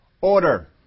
order